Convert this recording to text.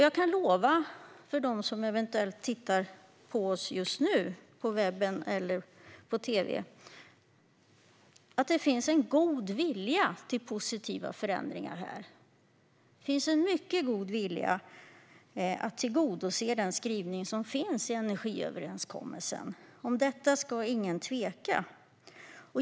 Jag kan lova dem som eventuellt tittar på oss just nu på webben eller på tv att det finns en god vilja till positiva förändringar här. Det finns en mycket god vilja att tillgodose den skrivning som finns i energiöverenskommelsen. Om detta ska ingen tveka.